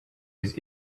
his